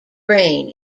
brain